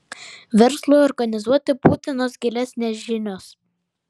verslui organizuoti būtinos gilesnės žinios